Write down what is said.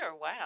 wow